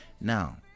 Now